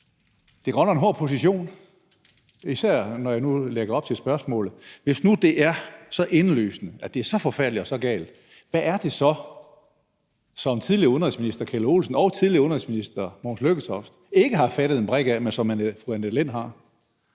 er godt nok en hård position, især når jeg nu lægger op til spørgsmålet: Hvis nu det er så indlysende, at det er så forfærdeligt og så galt, hvad er det så, som tidligere udenrigsminister Kjeld Olesen og tidligere udenrigsminister Mogens Lykketoft ikke har fattet en brik af, men som fru Annette Lind har?